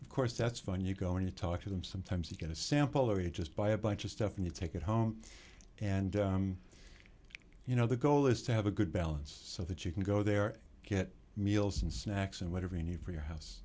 of course that's fine you going to talk to them sometimes you get a sample or you just buy a bunch of stuff and you take it home and you know the goal is to have a good balance so that you can go there get meals and snacks and whatever you need for your house